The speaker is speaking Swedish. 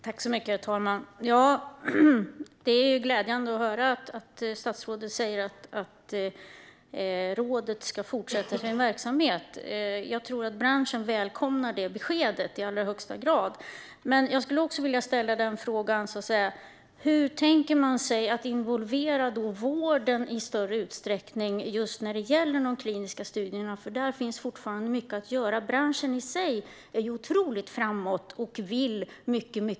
Herr talman! Det är glädjande att höra att statsrådet säger att rådet ska fortsätta sin verksamhet. Jag tror att branschen i allra högsta grad välkomnar det beskedet. Men jag vill också ställa frågan: Hur tänker man sig att involvera vården i större utsträckning när det gäller de kliniska studierna? Där finns fortfarande mycket att göra. Branschen i sig är otroligt framåt och vill mycket mer.